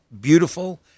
beautiful